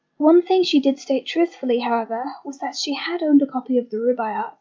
one thing she did state truthfully, however, was that she had owned a copy of the rubaiyat,